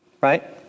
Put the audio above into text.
right